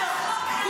הם